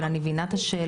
אבל אני מבינה את השאלה.